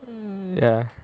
hmm ya